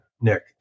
Nick